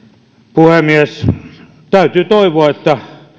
puhemies täytyy toivoa että